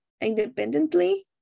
independently